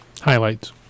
highlights